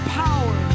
power